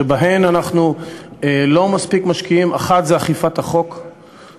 שבהן אנחנו לא מספיק משקיעים: אחת היא אכיפת החוק,